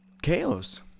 Chaos